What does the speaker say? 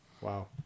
Wow